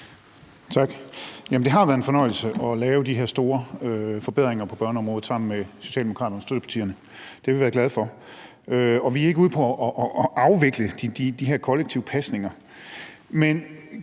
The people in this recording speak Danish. Det har været en fornøjelse at lave de her store forbedringer på børneområdet sammen med Socialdemokraterne og støttepartierne. Det har vi været glade for, og vi er ikke ude på at afvikle de her kollektive pasninger. Men